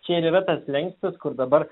čia ir yra tas slenkstis kur dabar